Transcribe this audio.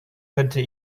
könnte